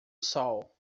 sol